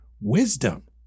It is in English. wisdom